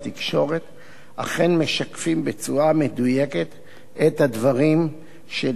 אכן משקפים בצורה מדויקת את הדברים שנאמרו על-ידו בפועל.